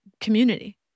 community